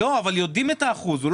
אבל יודעים את האחוז.